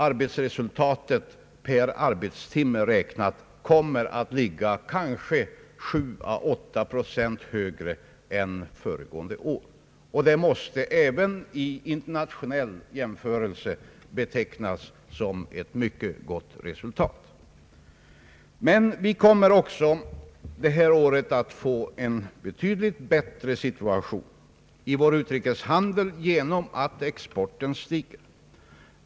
Arbetsresultatet per arbetstimme kommer att ligga kanske 7 eller 8 procent högre än fö Allmänpolitisk debatt regående år. Detta måste även vid internationell jämförelse betecknas som ett mycket gott resultat. Men vi kommer också detta år att få en betydligt bättre situation i vår utrikeshandel.